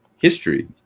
history